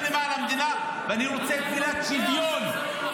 למען המדינה -- אתה יודע שזה לא נכון,